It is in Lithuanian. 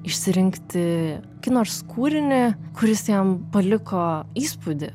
išsirinkti kokį nors kūrinį kuris jam paliko įspūdį